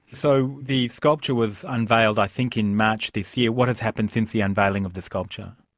so the sculpture was unveiled i think in march this year. what has happened since the unveiling of the sculpture?